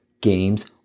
games